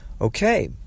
Okay